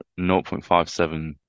0.57